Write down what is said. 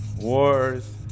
wars